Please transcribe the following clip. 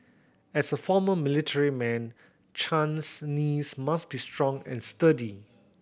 as a former military man Chan's knees must be strong and sturdy